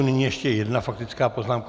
Nyní ještě jedna faktická poznámka.